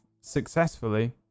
successfully